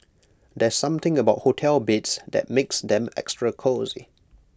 there's something about hotel beds that makes them extra cosy